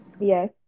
Yes